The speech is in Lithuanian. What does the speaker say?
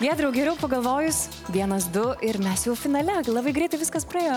giedriau geriau pagalvojus vienas du ir mes jau finale labai greitai viskas praėjo